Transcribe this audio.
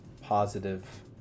positive